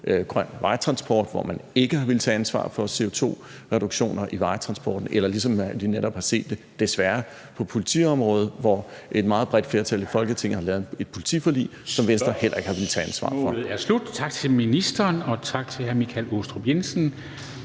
grøn vejtransport, hvor man ikke har villet tage ansvar for CO2-reduktioner, eller ligesom vi netop har set det, desværre, på politiområdet, hvor et meget bredt flertal i Folketinget har lavet et politiforlig, som Venstre heller ikke har villet tage ansvar for.